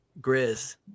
Grizz